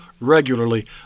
regularly